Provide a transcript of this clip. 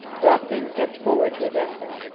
brock then stepped forward to address them.